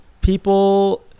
people